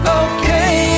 okay